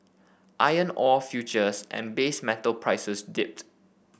iron ore futures and base metal prices dipped